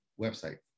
website